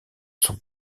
son